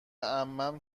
عمم